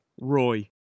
Roy